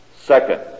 Second